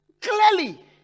Clearly